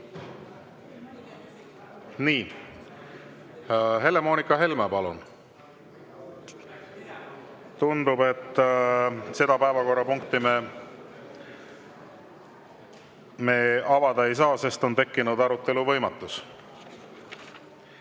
Nii. Helle-Moonika Helme, palun! Tundub, et selle päevakorrapunkti arutelu me avada ei saa, sest on tekkinud arutelu võimatus.